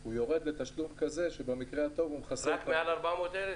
הוא יורד לסכום כזה שבמקרה הטוב הוא מכסה --- רק מעל 420,000?